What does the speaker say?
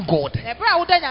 God